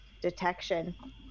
detection